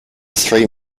three